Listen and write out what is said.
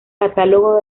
catálogo